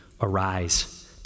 Arise